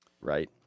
Right